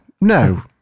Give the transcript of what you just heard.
no